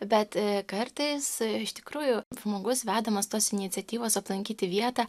bet kartais iš tikrųjų žmogus vedamas tos iniciatyvos aplankyti vietą